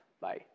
Bye